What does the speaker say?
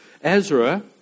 Ezra